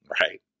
Right